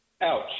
Ouch